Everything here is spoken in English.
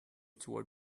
toward